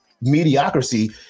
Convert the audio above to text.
mediocrity